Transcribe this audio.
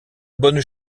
bonnes